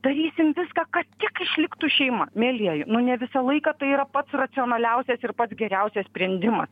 darysim viską kad tik išliktų šeima mielieji nu ne visą laiką tai yra pats racionaliausias ir pats geriausias sprendimas